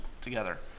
together